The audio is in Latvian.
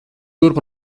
turp